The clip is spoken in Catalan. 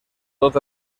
tots